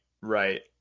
right